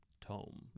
tome